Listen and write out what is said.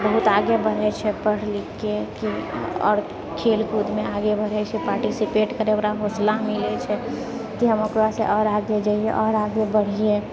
ओ बहुत आगे बढ़ैत छै पढ़ लिखके आओर खेल कूदमे आगे बढ़ैत छै पार्टीसिपेट करय ओकरा हौसला मिलैत छै की हम ओकरासँ आओर आगे जइयै आओर आगे बढियै